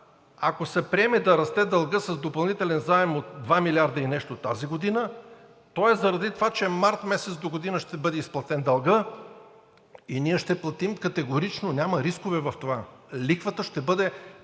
ако се приеме да расте дългът с допълнителен заем от 2 милиарда и нещо тази година, то е заради това, че март месец догодина ще бъде изплатен дългът и ние ще платим категорично, няма рискове в това. Лихвата ще бъде